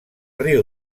riu